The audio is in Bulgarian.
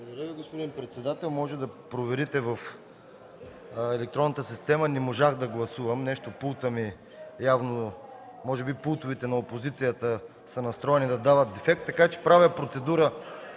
Благодаря Ви, господин председател. Можете да проверите в електронната система – не можах да гласувам, нещо пулта ми явно... Може би пултовете на опозицията са настроени да дават дефект, така че правя процедура